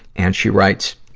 and she writes,